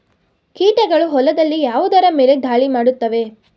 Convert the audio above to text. ಕೀಟಗಳು ಹೊಲದಲ್ಲಿ ಯಾವುದರ ಮೇಲೆ ಧಾಳಿ ಮಾಡುತ್ತವೆ?